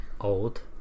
Old